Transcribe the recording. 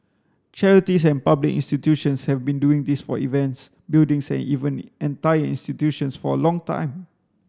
charities and public institutions have been doing this for events buildings and even entire institutions for a long time